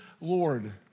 Lord